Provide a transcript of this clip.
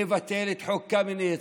לבטל את חוק קמיניץ,